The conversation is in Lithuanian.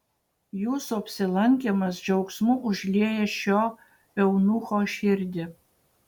jūsų apsilankymas džiaugsmu užlieja šio eunucho širdį